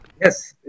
Yes